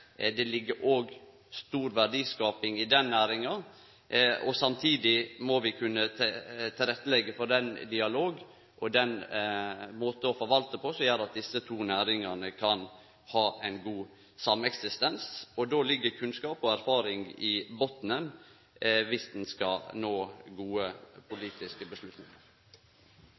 Det ligg òg stor verdiskaping i den næringa. Samtidig må vi kunne leggje til rette for den dialogen og den måten å forvalte på som gjer at desse to næringane kan ha ein god sameksistens. Då ligg kunnskap og erfaring i botnen om ein skal nå gode politiske